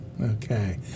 okay